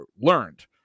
learned